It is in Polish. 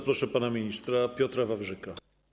Proszę pana ministra Piotra Wawrzyka.